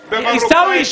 עיסאווי,